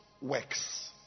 works